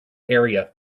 area